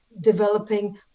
developing